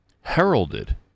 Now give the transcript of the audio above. heralded